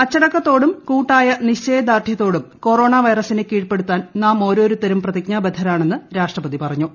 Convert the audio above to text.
അച്ചടക്കത്തോടും കൂട്ടായ നിശ്ചയദാർഢ്യത്തോടും കൊറോണ വൈറസിനെ കീഴ്പ്പെടുത്താൻ നാമോരോരുത്തരും പ്രതിജ്ഞാബദ്ധരാണെന്നു് രാഷ്ട്രപതി പറഞ്ഞു